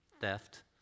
theft